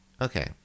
okay